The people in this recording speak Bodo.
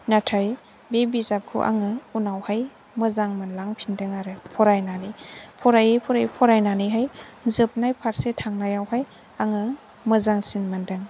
नाथाय बे बिजाबखौ आङो उनावहाय मोजां मोनलांफिन्दों आरो फरायनानै फरायै फरायै फरायनानैहाय जोबनाय फारसे थांनायावहाय आङो मोजांसिन मोन्दों